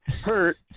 hurt